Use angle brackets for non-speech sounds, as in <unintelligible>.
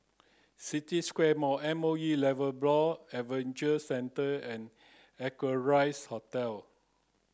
City Square Mall M O E <unintelligible> Adventure Centre and Equarius Hotel